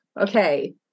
okay